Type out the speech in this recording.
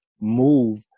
move